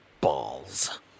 Balls